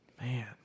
Man